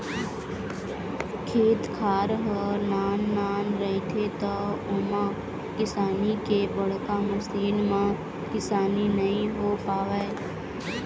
खेत खार ह नान नान रहिथे त ओमा किसानी के बड़का मसीन म किसानी नइ हो पावय